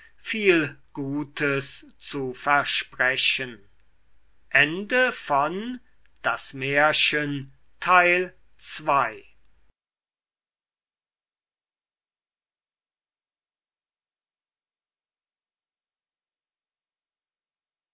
viel gutes zu versprechen